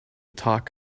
talk